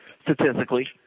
statistically